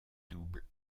double